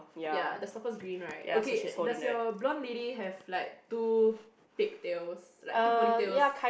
ya the stopper's green right okay does your blonde lady have like two pig tails like two pony tails